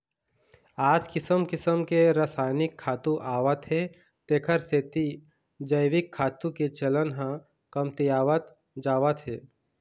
आज किसम किसम के रसायनिक खातू आवत हे तेखर सेती जइविक खातू के चलन ह कमतियावत जावत हे